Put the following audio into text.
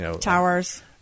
Towers